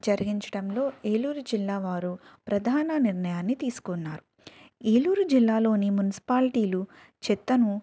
జరిపించటంలో ఏలూరు జిల్లావారు ప్రధాన నిర్ణయాన్ని తీసుకున్నారు ఏలూరు జిల్లాలోని మున్సిపాలిటీలు చెత్తను